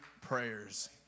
prayers